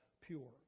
pure